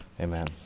Amen